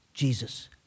Jesus